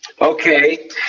okay